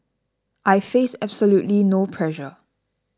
I face absolutely no pressure